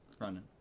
running